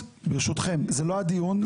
זה לא הדיון,